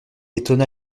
étonna